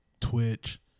Twitch